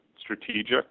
strategic